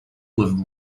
with